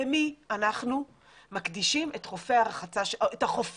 למי אנחנו מקדישים את החופים,